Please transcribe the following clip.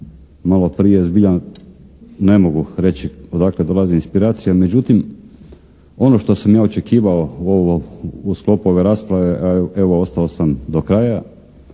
malo prije, zbilja ne mogu reći odakle dolazi inspiracija. Međutim ono što sam ja očekivao u sklopu ove rasprave, a evo ostao sam do kraja,